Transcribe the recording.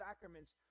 sacraments